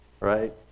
Right